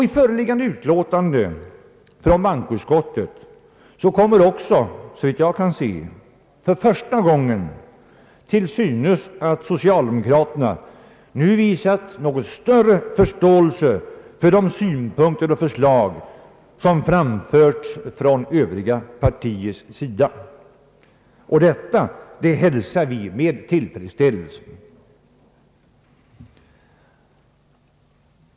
I föreliggande utlåtande från bankoutskottet kommer också, såvitt jag kan se, för första gången till synes att socialdemokraterna nu visat något större förståelse för de synpunkter och förslag som framförts från övriga partiers sida. Och detta hälsar vi med tillfredsställelse.